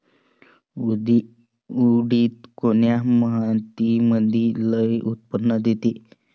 उडीद कोन्या मातीमंदी लई उत्पन्न देते?